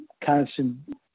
constant